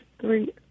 three